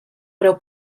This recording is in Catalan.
breu